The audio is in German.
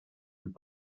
und